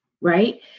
right